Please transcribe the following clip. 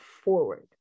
forward